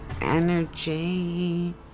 energy